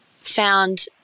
found